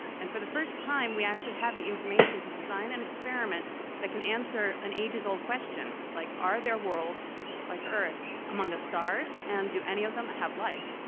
and for the first time we actually have the information to design an experiment that can answer an ages-old question like are there worlds like earth among the stars and do any of them have life?